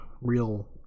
real